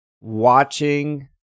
watching